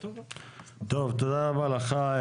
תודה רבה לך.